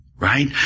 Right